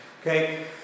Okay